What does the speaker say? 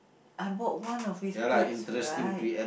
I bought one of his books right